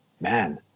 man